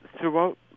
throughout